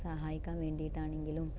സഹായിക്കാൻ വേണ്ടിയിട്ടാണെങ്കിലും